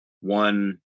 one